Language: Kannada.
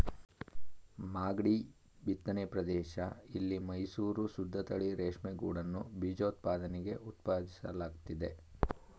ಮಾಗ್ಡಿ ಬಿತ್ತನೆ ಪ್ರದೇಶ ಇಲ್ಲಿ ಮೈಸೂರು ಶುದ್ದತಳಿ ರೇಷ್ಮೆಗೂಡನ್ನು ಬೀಜೋತ್ಪಾದನೆಗೆ ಉತ್ಪಾದಿಸಲಾಗ್ತಿದೆ